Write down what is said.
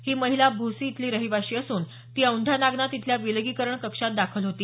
ही महिला भोसी इथली रहिवाशी असून ती औैंढा नागनाथ इथल्या विलगीकरण कक्षात दाखल होती